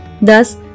Thus